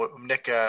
Nick